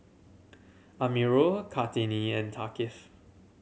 Amirul Kartini and Thaqif